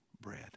bread